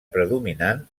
predominant